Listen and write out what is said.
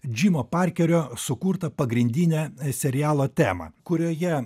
džimo parkerio sukurtą pagrindinę serialo temą kurioje